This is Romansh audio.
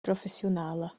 professiunala